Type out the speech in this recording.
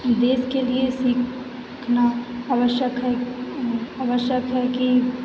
देश के लिए सीखना आवश्यक है आवश्यक है कि